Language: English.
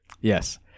Yes